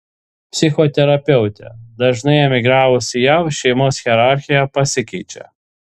psichoterapeutė dažnai emigravus į jav šeimos hierarchija pasikeičia